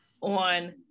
on